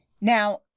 Now